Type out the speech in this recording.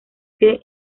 que